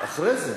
אחרי זה.